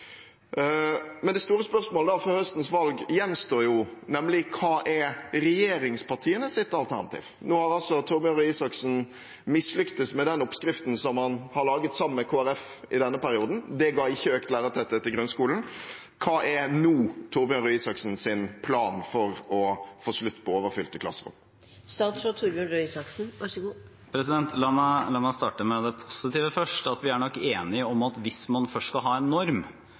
Men det store spørsmålet før høstens valg gjenstår jo, nemlig: Hva er regjeringspartienes alternativ? Nå har altså Torbjørn Røe Isaksen mislyktes med den oppskriften som han har laget sammen med Kristelig Folkeparti i denne perioden. Det ga ikke økt lærertetthet i grunnskolen. Hva er nå Torbjørn Røe Isaksens plan for å få slutt på overfylte klasserom? La meg starte med det positive: Vi er nok enige om at hvis man først skal ha en norm,